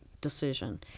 decision